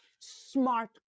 smart